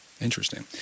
Interesting